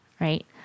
Right